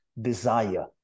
desire